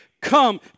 Come